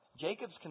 Jacob's